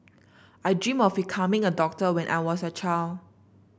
I dreamt of becoming a doctor when I was a child